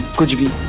could you be